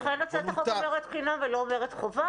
לכן הצעת החוק אומרת חינם ולא אומרת חובה,